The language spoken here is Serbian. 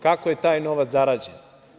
Kako je taj novac zarađen?